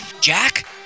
Jack